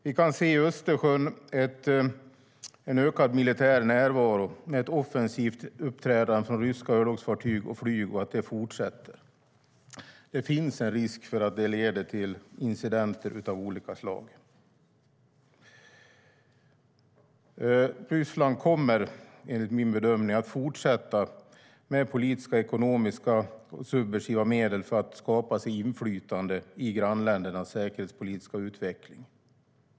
Vi ser i Östersjön en ökad militär närvaro med ett offensivt uppträdande från ryska örlogsfartyg och flyg, och det fortsätter. Det finns risk för att det leder till incidenter av olika slag. Ryssland kommer enligt min bedömning att fortsätta att använda sig av politiska, ekonomiska och subversiva medel för att skaffa sig inflytande i grannländernas säkerhetspolitiska utveckling.